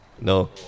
No